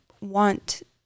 want